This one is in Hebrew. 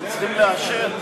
הם צריכים לאשר,